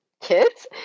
kids